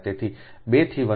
તેથી 2 થી 1